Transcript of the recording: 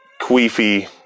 queefy